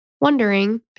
wondering